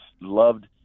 loved